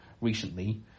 recently